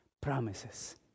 promises